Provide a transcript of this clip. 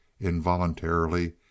Involuntarily